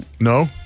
No